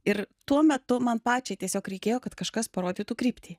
ir tuo metu man pačiai tiesiog reikėjo kad kažkas parodytų kryptį